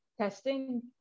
testing